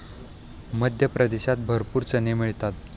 मध्य प्रदेशात भरपूर चणे मिळतात